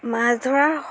মাছ ধৰা